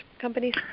companies